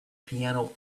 piano